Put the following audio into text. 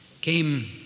came